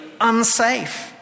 unsafe